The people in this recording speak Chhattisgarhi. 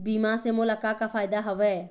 बीमा से मोला का का फायदा हवए?